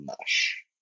mush